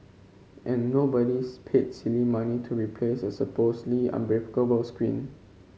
and nobody paid silly money to replace a supposedly unbreakable screen